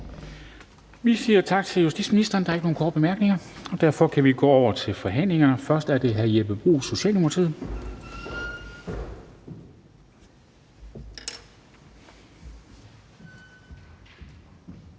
Vi siger tak til justitsministeren. Der er ikke nogen korte bemærkninger. Derfor kan vi gå over til forhandlingerne, og først er det hr. Jeppe Bruus, Socialdemokratiet.